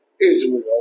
Israel